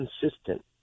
consistent